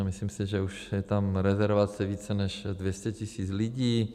Myslím si, že už je tam rezervace více než 200 tisíc lidí.